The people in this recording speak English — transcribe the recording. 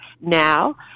now